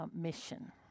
mission